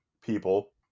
people